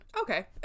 Okay